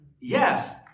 Yes